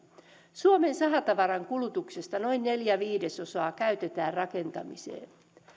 suomen sahatavaran kulutuksesta noin neljä viidesosaa käytetään rakentamiseen